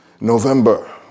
November